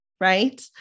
right